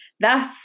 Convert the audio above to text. Thus